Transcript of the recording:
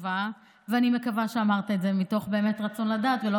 ואני מקווה שאמרת זאת באמת מתוך רצון לדעת ולא,